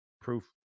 proof